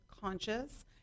conscious